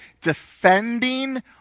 defending